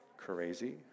Crazy